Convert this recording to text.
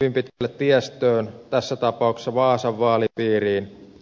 hyvin pitkälle tiestöön tässä tapauksessa vaasan vaalipiiriin